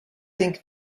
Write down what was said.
think